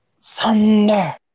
Thunder